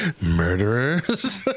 Murderers